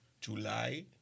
July